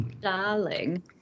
Darling